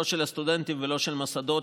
לא של הסטודנטים ולא של המוסדות,